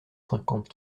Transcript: cinquante